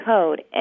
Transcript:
code